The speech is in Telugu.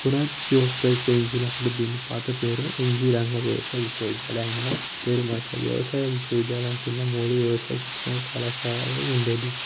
పునః ప్యోస్తక్కరించినప్పుడు దీని పాత పేరు ఎన్జి రంగా వ్యవసాయ విశ్వవిద్యాలయంగా పేరు మార్చింది వ్యవసాయ విశ్వవిద్యాలయం కింద మూడు వ్యవసాయ శిక్షణ కళాశాలలు ఉండేటివి